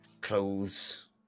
clothes